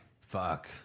fuck